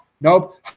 Nope